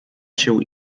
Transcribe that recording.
się